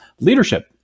leadership